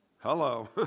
Hello